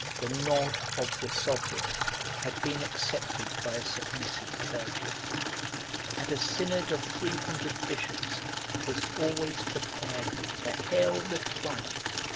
the nod, of the sovereign had been accepted by a submissive clergy and a synod of three hundred bishops was always prepared to hail the triumph,